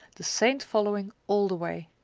the saint following all the way.